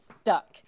stuck